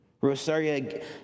Rosaria